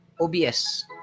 OBS